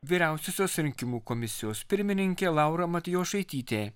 vyriausiosios rinkimų komisijos pirmininkė laura matjošaitytė